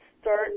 start